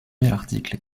l’article